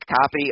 copy